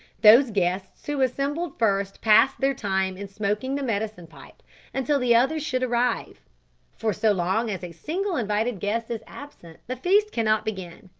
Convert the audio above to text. those guests who assembled first passed their time in smoking the medicine pipe until the others should arrive for so long as a single invited guest is absent the feast cannot begin.